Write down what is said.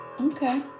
Okay